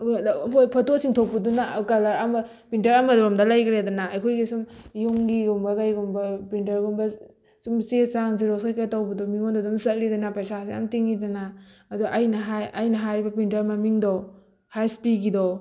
photo ꯆꯤꯡꯊꯣꯛꯄꯗꯨꯅ colour ꯑꯃ printer ꯑꯃꯔꯣꯝꯗ ꯂꯩꯈ꯭ꯔꯦꯗꯅ ꯑꯩꯈꯣꯏꯒꯤ ꯁꯨꯝ ꯌꯨꯝꯒꯤꯒꯨꯝꯕ ꯀꯩꯒꯨꯝꯕ ꯄ꯭ꯔꯤꯟꯇꯔꯒꯨꯝꯕ ꯁꯨꯝ ꯆꯦ ꯆꯥꯡ ꯖꯦꯔꯣꯛꯁ ꯀꯩꯀꯩ ꯇꯧꯕꯗꯣ ꯃꯤꯉꯣꯟꯗ ꯑꯗꯨꯝ ꯆꯠꯂꯤꯗꯅ ꯄꯩꯁꯥꯁꯨ ꯌꯥꯝ ꯇꯤꯡꯉꯤꯗꯅ ꯑꯗꯨ ꯑꯩꯅ ꯍꯥꯏ ꯑꯩꯅ ꯍꯥꯏꯔꯤꯕ ꯄ꯭ꯔꯤꯟꯇꯔ ꯃꯃꯤꯡꯗꯣ ꯍꯩꯁꯄꯤꯒꯤꯗꯣ